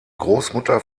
großmutter